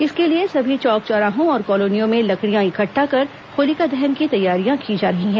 इसके लिए सभी चौक चौराहों और कॉलोनियों में लकड़ियां इकट्ठा कर होलिका दहन की तैयारियां की जा रही हैं